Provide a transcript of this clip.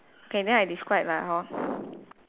okay then I describe lah hor